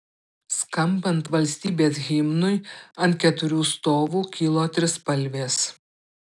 skambant valstybės himnui ant keturių stovų kilo trispalvės